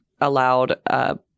allowed